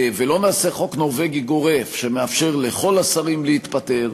ולא נעשה חוק נורבגי גורף שמאפשר לכל השרים להתפטר,